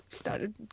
started